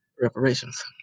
reparations